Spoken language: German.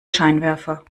scheinwerfer